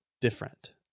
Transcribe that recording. different